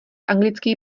anglický